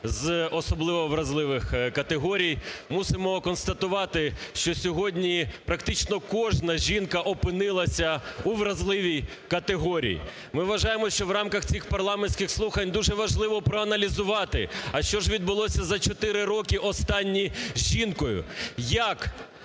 з особливо вразливих категорій. Мусимо констатувати, що сьогодні практично кожна жінка опинилася у вразливій категорії. Ми вважаємо, що в рамках цих парламентських слухань дуже важливо проаналізувати, а що ж відбулося за чотири роки останні з жінкою, як